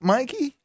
Mikey